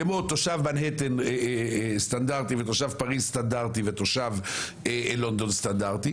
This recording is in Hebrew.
כמו תושב מנהטן סטנדרטי ותושב פריז סטנדרטי ותושב לונדון סטנדרטי